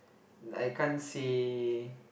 I can't say